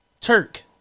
Turk